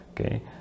Okay